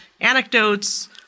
anecdotes –